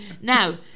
now